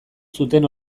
zuten